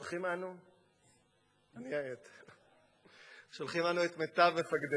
שולחים אנו את מיטב מפקדינו,